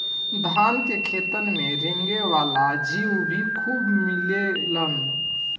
धान के खेतन में रेंगे वाला जीउ भी खूब मिलेलन